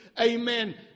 amen